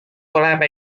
oleme